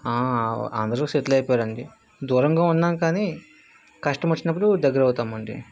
అందరు సెటిల్ అయిపోయారు అండి దూరంగా ఉన్నాం కానీ కష్టం వచ్చినప్పుడు దగ్గర అవుతాం అండి